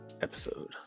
episode